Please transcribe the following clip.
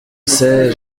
sais